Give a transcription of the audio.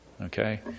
okay